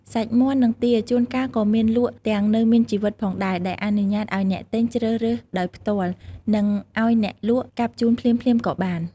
សាច់មាន់ និងទា ជួនកាលក៏មានលក់ទាំងនៅមានជីវិតផងដែរ ដែលអនុញ្ញាតឲ្យអ្នកទិញជ្រើសរើសដោយផ្ទាល់ និងឲ្យអ្នកលក់កាប់ជូនភ្លាមៗក៏បាន។